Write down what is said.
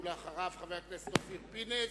אחריו, חבר הכנסת אופיר פינס,